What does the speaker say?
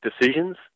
decisions